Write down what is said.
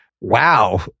Wow